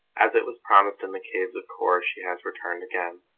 as it was promised in the caves of kor she has returned again.